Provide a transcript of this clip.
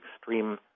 extreme